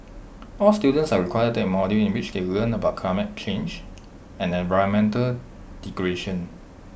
all students are required to take A module in which they learn about climate change and environmental degradation